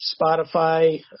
Spotify